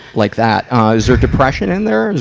like that. ah is there depression in there as